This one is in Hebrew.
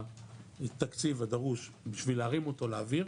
התקציב הדרוש כדי להרים אותו לאוויר,